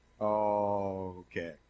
Okay